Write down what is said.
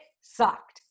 sucked